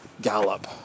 gallop